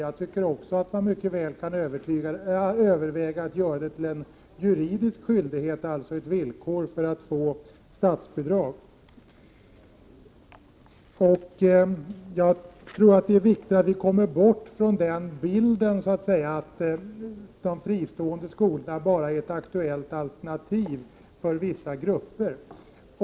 Jag tycker också att man mycket väl kan överväga att göra det till en juridisk skyldighet, alltså ett villkor för att få statsbidrag. Jag tror att det är viktigt att vi kommer bort från uppfattningen att de fristående skolorna är ett aktuellt alternativ bara för vissa grupper.